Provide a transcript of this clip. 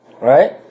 Right